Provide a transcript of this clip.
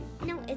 No